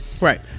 right